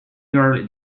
earlier